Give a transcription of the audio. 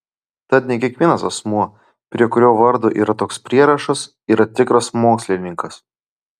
tad ne kiekvienas asmuo prie kurio vardo yra toks prierašas yra tikras mokslininkas